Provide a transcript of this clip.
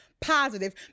positive